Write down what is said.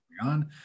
on